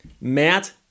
Matt